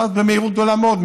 ואז במהירות גדולה מאוד,